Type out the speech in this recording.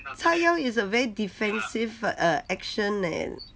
叉腰 is a very defensive err action eh